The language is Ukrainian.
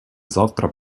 завтра